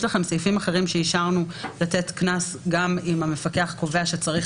יש לכם סעיפים אחרים שבהם אישרנו לתת קנס אם המפקח קובע שצריך